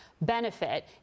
benefit